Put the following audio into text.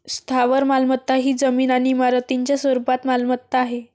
स्थावर मालमत्ता ही जमीन आणि इमारतींच्या स्वरूपात मालमत्ता आहे